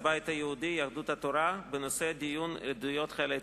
הבית היהודי ויהדות התורה בנושא: עדויות חיילי